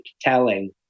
telling